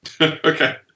okay